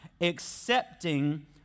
accepting